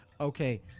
Okay